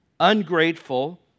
ungrateful